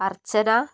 അർച്ചന